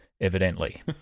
evidently